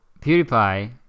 PewDiePie